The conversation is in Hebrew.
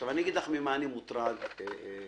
עכשיו אני אגיד לך ממה אני מוטרד, תמר.